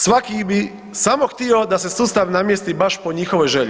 Svaki bi samo htio da se sustav namjesti baš po njihovoj želji.